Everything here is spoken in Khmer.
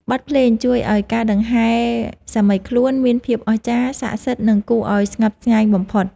បទភ្លេងជួយឱ្យការដង្ហែសាមីខ្លួនមានភាពអស្ចារ្យ សក្ដិសិទ្ធិ និងគួរឱ្យស្ញប់ស្ញែងបំផុត។